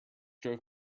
drove